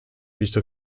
visto